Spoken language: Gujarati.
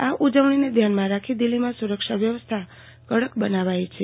આ ઉજવણીને ધ્યાનમાં રાખી દિલ્હીમાં સુરક્ષા વ્યવસ્થા કડક બનાવાઈ છે